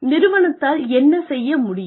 நிறுவனத்தால் என்ன செய்ய முடியும்